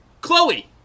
Chloe